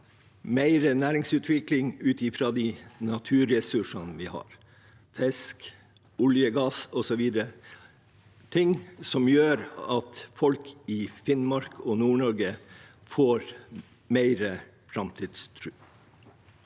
mer næringsutvikling ut fra de naturressursene vi har, som fisk, olje, gass osv. – ting som gjør at folk i Finnmark og Nord-Norge får mer framtidstro.